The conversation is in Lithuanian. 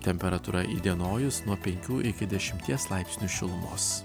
temperatūra įdienojus nuo penkių iki dešimties laipsnių šilumos